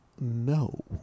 No